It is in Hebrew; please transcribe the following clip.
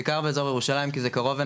בעיקר באזור ירושלים כי זה קרוב ונגיש,